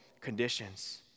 conditions